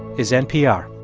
is npr